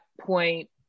point